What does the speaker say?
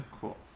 Cool